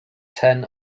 ten